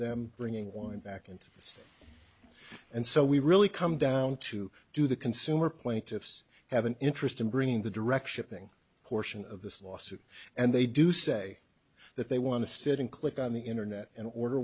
them bringing one back and it's and so we really come down to do the consumer plaintiffs have an interest in bringing the direction ping portion of this lawsuit and they do say that they want to sit and click on the internet and order